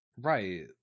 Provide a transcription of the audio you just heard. right